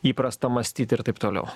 įprasta mąstyt ir taip toliau